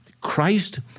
Christ